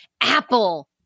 Apple